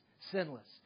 sinless